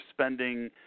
spending